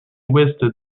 ouest